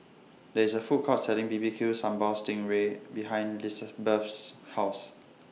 There IS A Food Court Selling B B Q Sambal Sting Ray behind Lisbeth's House